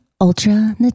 Ultra